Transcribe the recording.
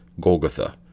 Golgotha